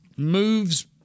Moves